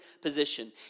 position